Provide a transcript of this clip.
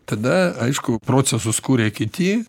tada aišku procesus kuria kiti